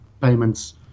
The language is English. payments